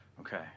Okay